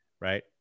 Right